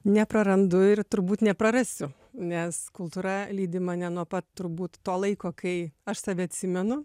neprarandu ir turbūt neprarasiu nes kultūra lydi mane nuo pat turbūt to laiko kai aš save atsimenu